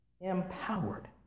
empowered